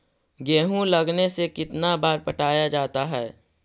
गेहूं लगने से कितना बार पटाया जाता है?